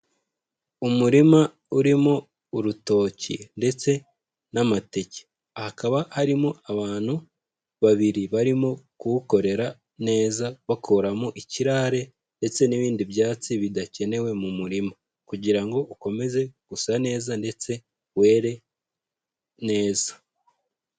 Umurima urimo urutoki ndetse n'amateke hakaba harimo abantu babiri barimo kuwukorera neza bakuramo ikirare ndetse n'ibindi byatsi bidakenewe mu murima kugirango ukomeze gusa neza ndetse were neza.